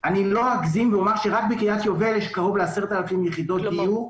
אני לא אגזים ואומר שרק בקריית יובל יש קרוב ל-10,000 יחידות דיור.